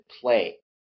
play